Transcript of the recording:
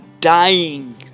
dying